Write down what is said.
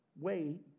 wait